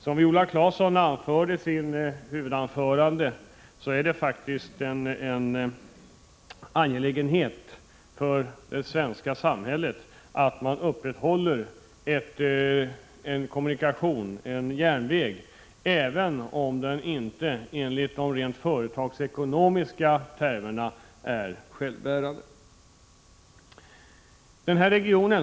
Som Viola Claesson sade i sitt huvudanförande är det faktiskt en angelägenhet för det svenska samhället att man upprätthåller järnvägskommunikationer även om järnvägen enligt de rent företagsekonomiska termerna inte är självbärande.